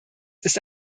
ist